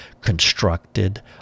constructed